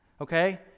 Okay